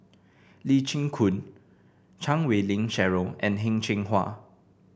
Lee Chin Koon Chan Wei Ling Cheryl and Heng Cheng Hwa